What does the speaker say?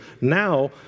now